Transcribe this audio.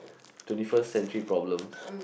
twenty first century problems